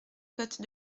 côte